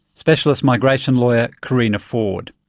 specialist migration lawyer, carina ford.